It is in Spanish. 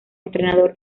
entrenador